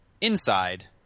Inside